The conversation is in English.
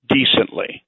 decently